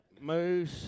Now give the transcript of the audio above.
Moose